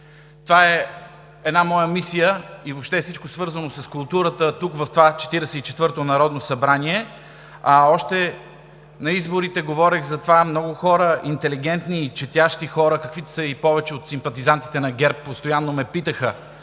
това е една моя мисия, и въобще всичко свързано с културата тук, в това Четиридесет и четвърто народно събрание. Още на изборите говорех за това – много хора, интелигентни, четящи хора, каквито са повечето от симпатизантите на ГЕРБ, постоянно ме питаха